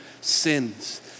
sins